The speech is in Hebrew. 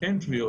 אין טביעות.